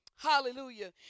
Hallelujah